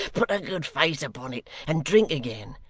put a good face upon it, and drink again.